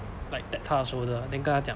like tap 她的 shoulder then 跟她讲